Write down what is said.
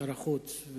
שר החוץ,